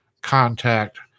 contact